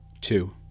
Two